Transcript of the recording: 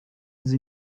sie